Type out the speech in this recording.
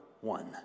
one